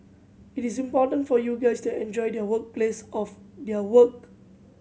it's important for you guys to enjoy their work place of their work